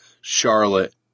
charlotte